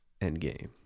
Endgame